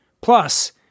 Plus